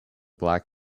black